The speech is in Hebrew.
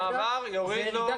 המעמד יוריד לו תנאים.